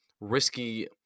risky